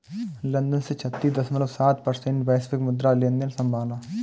London ने छत्तीस दश्मलव सात प्रतिशत वैश्विक मुद्रा लेनदेन संभाला